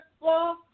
law